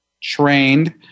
trained